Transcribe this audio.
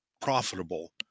profitable